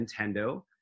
Nintendo